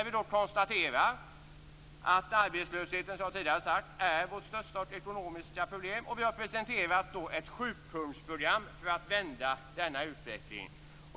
Vi konstaterar att arbetslösheten, som jag tidigare har sagt, är vårt största ekonomiska problem. Vi har presenterat ett sjupunktsprogram för att vända denna utveckling.